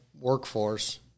workforce